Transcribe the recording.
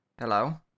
hello